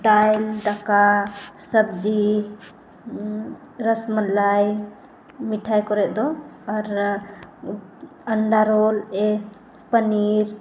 ᱫᱟᱞ ᱫᱟᱠᱟ ᱥᱚᱵᱽᱡᱤ ᱨᱚᱥᱢᱟᱞᱟᱭ ᱢᱤᱴᱷᱟᱭ ᱠᱚᱨᱮ ᱫᱚ ᱟᱨ ᱟᱱᱰᱟ ᱨᱳᱞ ᱯᱟᱱᱤᱨ